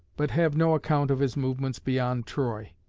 but have no account of his movements beyond troy.